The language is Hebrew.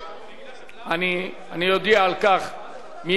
אני אודיע על כך מייד, עם התוצאות.